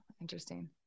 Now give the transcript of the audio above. Interesting